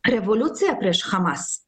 revoliuciją prieš hamas